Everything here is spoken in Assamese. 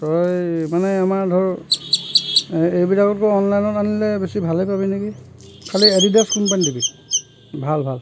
তই মানে আমাৰ ধৰ এইবিলাকতকৈ অনলাইনত আনিলে বেছি ভালে পাবি নেকি খালী এডিডাছ কোম্পানী দিবি ভাল ভাল